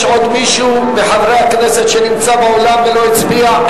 יש עוד מישהו מחברי הכנסת שנמצא באולם ולא הצביע?